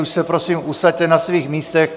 Už se prosím usaďte na svých místech.